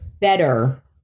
better